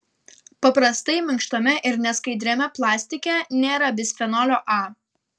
paprastai minkštame ir neskaidriame plastike nėra bisfenolio a